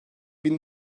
bin